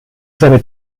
seine